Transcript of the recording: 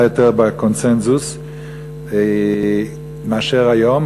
אני חייב לומר שאז הוא היה יותר בקונסנזוס מאשר היום,